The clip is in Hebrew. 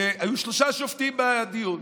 היו שלושה שופטים בדיון,